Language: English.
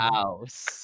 House